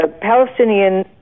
Palestinian